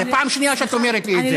זו פעם שנייה שאת אומרת לי את זה.